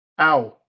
Ow